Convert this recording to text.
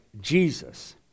Jesus